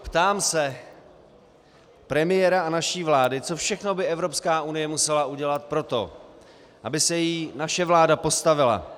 Ptám se premiéra a naší vlády, co všechno by Evropská unie musela udělat pro to, aby se jí naše vláda postavila.